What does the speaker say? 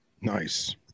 nice